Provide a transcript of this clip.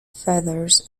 feathers